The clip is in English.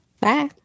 Bye